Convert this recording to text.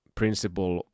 principle